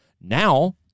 Now